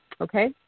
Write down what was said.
Okay